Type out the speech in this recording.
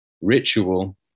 ritual